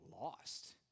lost